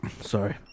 Sorry